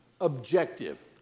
objective